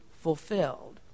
fulfilled